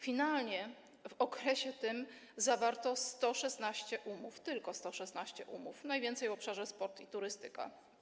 Finalnie w okresie tym zawarto 116 umów, tylko 116 umów, najwięcej w obszarze: sport i turystyka.